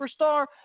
superstar